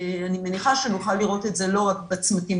אני מניחה שנוכל לראות את זה לא רק בצמתים.